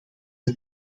het